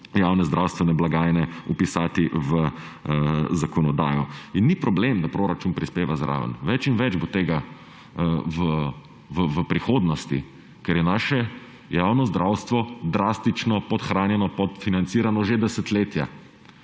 javne zdravstvene blagajne vpisati v zakonodajo. In ni problem, da proračun prispeva zraven, več in več bo tega v prihodnosti, ker je naše javno zdravstvo drastično podhranjeno, podfinancirano že desetletja.